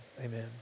amen